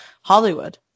Hollywood